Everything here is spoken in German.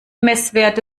messwerte